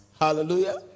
hallelujah